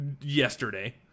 yesterday